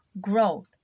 growth